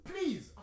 Please